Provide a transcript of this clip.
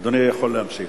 אדוני יכול להמשיך.